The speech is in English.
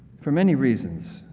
for many reasons,